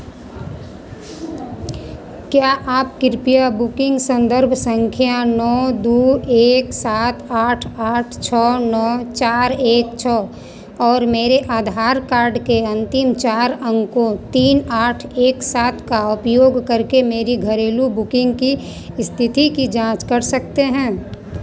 क्या आप कृपया बुकिंग संदर्भ संख्या नौ दो एक सात आठ आठ छः नौ चार एक छः और मेरे आधार कार्ड के अंतिम चार अंकों तीन आठ एक सात का उपयोग करके मेरी घरेलू बुकिंग की स्थिति की जाँच कर सकते हैं